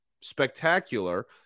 spectacular